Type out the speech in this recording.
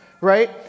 right